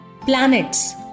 Planets